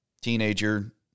teenager